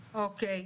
אוקיי.